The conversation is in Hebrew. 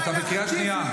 אתה בקריאה שנייה.